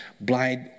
blind